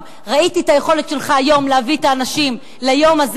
ראיתי את היכולת שלך היום להביא את האנשים ליום הזה.